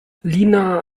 lina